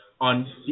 on